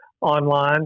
online